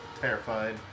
terrified